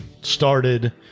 started